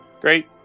Great